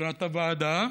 מבחינת הוועדה,